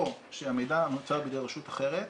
או שהמידע נמצא בידי רשות אחרת,